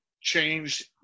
changed